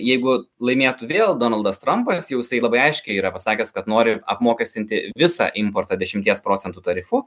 jeigu laimėtų vėl donaldas trampas jisai labai aiškiai yra pasakęs kad nori apmokestinti visą importą dešimties procentų tarifu